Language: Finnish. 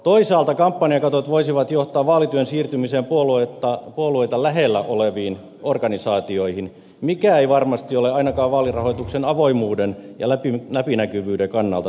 toisaalta kampanjakatot voisivat johtaa vaalityön siirtymiseen puolueita lähellä oleviin organisaatioihin mikä ei varmasti ole ainakaan vaalirahoituksen avoimuuden ja läpinäkyvyyden kannalta toivottavaa